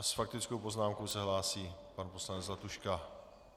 S faktickou poznámkou se hlásí pan poslanec Zlatuška.